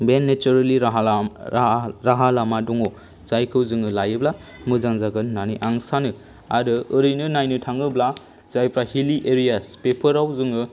बे नेचारेलि राहा लामा दङ जायखौ जोङो लायोब्ला मोजां जागोन होननानै आं सानो आरो ओरैनो नायनो थाङोब्ला जायफोरा हिलि एरियास बेफोराव जोङो